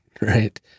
right